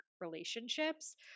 relationships